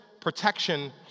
protection